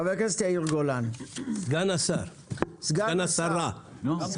חבר הכנסת יאיר גולן, סגן שרת הכלכלה, בבקשה.